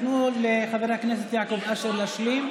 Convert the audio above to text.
תנו לחבר הכנסת יעקב אשר להשלים.